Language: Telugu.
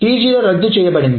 T0 రద్దు చేయబడింది